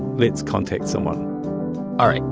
let's contact someone all right.